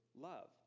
love